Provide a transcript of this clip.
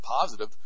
positive